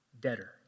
debtor